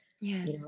Yes